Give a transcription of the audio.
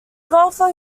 golfer